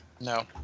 No